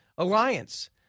Alliance